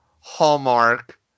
hallmark